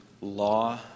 law